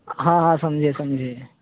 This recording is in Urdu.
ہاں ہاں سمجھے سمجھے